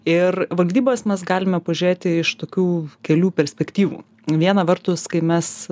ir valdybas mes galime pažiūrėti iš tokių kelių perspektyvų viena vertus kai mes